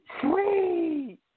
Sweet